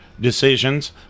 decisions